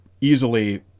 Easily